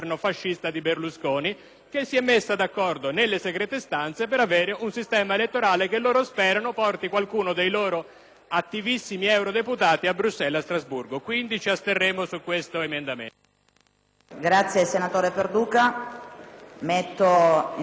che si è messa d'accordo nelle segrete stanze per avere un sistema elettorale che loro sperano porti qualcuno dei loro attivissimi eurodeputati a Bruxelles o a Strasburgo; ci asterremo, quindi, su questo emendamento.